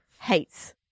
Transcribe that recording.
Hates